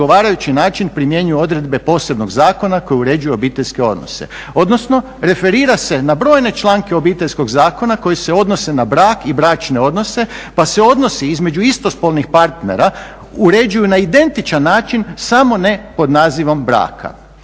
"na odgovarajući način primjenjuju odredbe posebnog zakona koji uređuje obiteljske odnose", odnosno referira se na brojne članke Obiteljskog zakona koji se odnose na brak i bračne odnose pa se odnosi između istospolnih partnera uređuju na identičan način, samo ne pod nazivom braka.